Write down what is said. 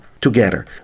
together